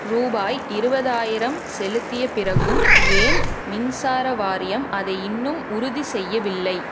ரூபாய் இருபதாயிரம் செலுத்திய பிறகும் ஏன் மின்சார வாரியம் அதை இன்னும் உறுதிசெய்யவில்லை